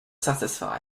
satisfy